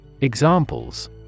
Examples